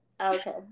Okay